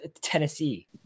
Tennessee